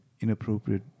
inappropriate